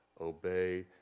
obey